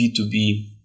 B2B